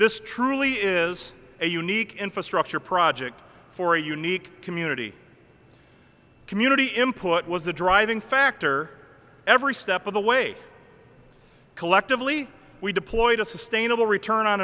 this truly is a unique infrastructure project for a unique community community input was the driving factor every step of the way collectively we deployed